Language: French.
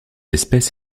espèce